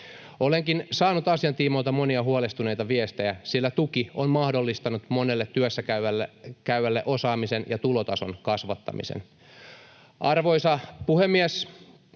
Olenkin saanut asian tiimoilta monia huolestuneita viestejä, sillä tuki on mahdollistanut monelle työssä käyvälle osaamisen ja tulotason kasvattamisen. Arvoisa puhemies!